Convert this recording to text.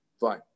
Fine